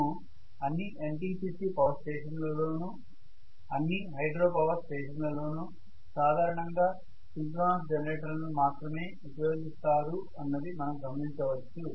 మనము అన్ని NTPC power స్టేషన్ల లోనూ అన్ని హైడ్రో పవర్ స్టేషన్లలోనూ సాధారణంగా సింక్రోనస్ జనరేటర్లను మాత్రమే ఉపయోగిస్తారు అన్నది మనం గమనించవచ్చు